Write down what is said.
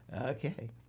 Okay